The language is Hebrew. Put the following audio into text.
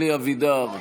אלי אבידר,